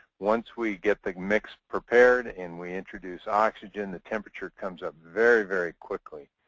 once we get the mix prepared and we introduce oxygen, the temperature comes up very, very quickly.